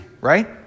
right